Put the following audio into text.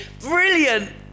Brilliant